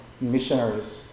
missionaries